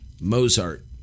Mozart